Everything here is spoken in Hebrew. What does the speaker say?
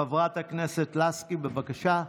חברת הכנסת לסקי, בבקשה.